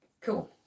Cool